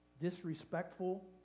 disrespectful